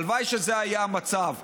הלוואי שזה היה המצב.